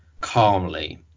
calmly